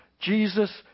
Jesus